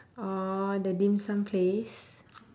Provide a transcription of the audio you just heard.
orh the dim sum place